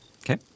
Okay